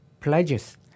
pledges